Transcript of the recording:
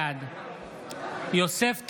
בעד יוסף טייב,